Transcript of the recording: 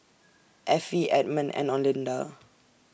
Affie Edmon and Olinda